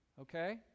okay